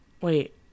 wait